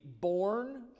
born